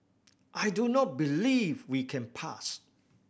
I do not believe we can pass